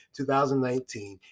2019